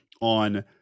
on